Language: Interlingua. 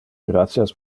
gratias